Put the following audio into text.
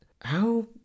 How